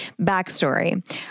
Backstory